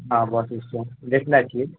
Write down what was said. हँ bus stand देखने छियै